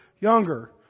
younger